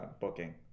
Booking